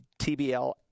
TBL